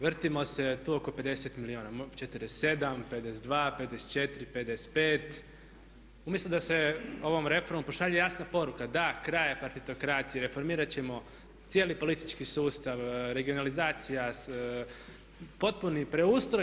Vrtimo se tu oko 50 milijuna, 47, 52, 54, 55 umjesto da se ovom reformom pošalje jasna poruka, da, kraj je partitokraciji, reformirat ćemo cijeli politički sustav, regionalizacija, potpuni preustroj.